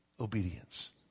obedience